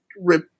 rip